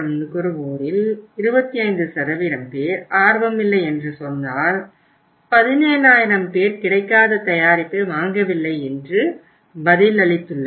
நுகர்வோரில் 25 பேர் ஆர்வமில்லை என்று சொன்னால் 17000 பேர் கிடைக்காத தயாரிப்பை வாங்கவில்லை என்று பதிலளித்துள்ளனர்